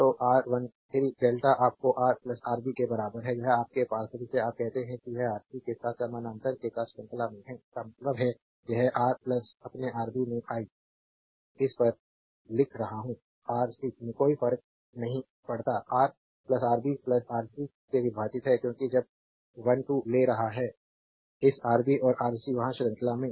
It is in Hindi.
तो R13 डेल्टा आपके रा आरबी के बराबर है यह आपके पास है जिसे आप कहते हैं कि यह आरसी के साथ समानांतर के साथ श्रृंखला में है इसका मतलब है यह रा अपने आरबी में आई इस पर लिख रहा हूं आर सी में कोई फर्क नहीं पड़ता रा आरबी आर सी से विभाजित है क्योंकि जब 12 ले रहा है इस आरबी और आर सी वहां श्रृंखला में